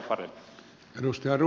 arvoisa puhemies